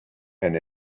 and